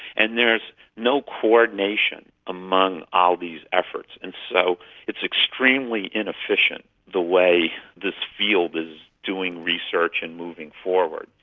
and there is no coordination among all these efforts. and so it's extremely inefficient, the way this field is doing research and moving forward.